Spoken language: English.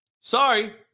Sorry